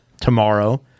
tomorrow